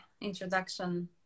introduction